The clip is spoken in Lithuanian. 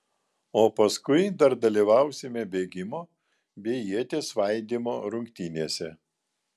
o paskui dar dalyvausime bėgimo bei ieties svaidymo rungtynėse